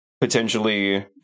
potentially